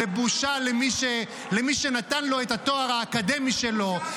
זה בושה למי שנתן לו את התואר האקדמי שלו,